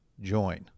join